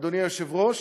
אדוני היושב-ראש,